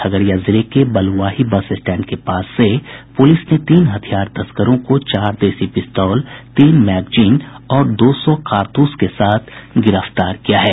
खगड़िया जिले के Baluahi bus stand के पास से पुलिस ने तीन हथियार तस्करों को चार देसी पिस्तौल तीन मैगजीन और दो सौ कारतूस के साथ गिरफ्तार किया है